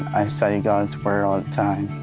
i study god's word all the time.